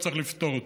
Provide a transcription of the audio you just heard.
צריך לפתור אותו.